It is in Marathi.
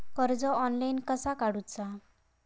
कर्ज ऑनलाइन कसा काडूचा?